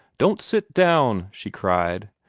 don't sit down! she cried.